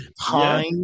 time